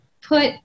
put